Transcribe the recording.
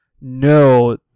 No